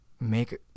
make